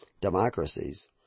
democracies